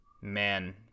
Man